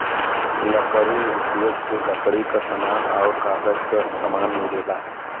लकड़ी उद्योग से लकड़ी क समान आउर कागज क समान मिलेला